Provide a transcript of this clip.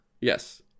Yes